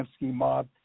mob